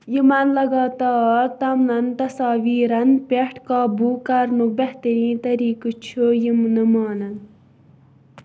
یِمن لگاتار تَمنَن تصاویٖرَن پٮ۪ٹھ قوبوٗ کَرنُک بہتٔریٖن طٔریٖقہٕ چھُ یِم نہٕ مانان